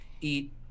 eat